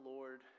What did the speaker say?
Lord